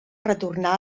retornar